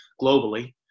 globally